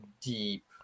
deep